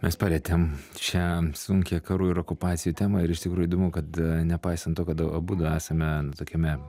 mes palietėm šią sunkią karų ir okupacijų temą ir iš tikrųjų įdomu kad nepaisant to kad abudu esame tokiame